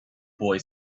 boy